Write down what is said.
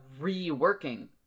reworking